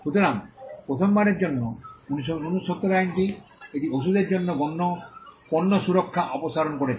সুতরাং প্রথমবারের জন্য 1970 এর আইনটি এটি ওষুধের জন্য পণ্য সুরক্ষা অপসারণ করেছে